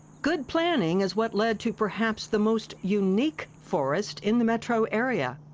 good planning is what led to, perhaps, the most unique forest in the metro area.